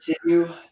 continue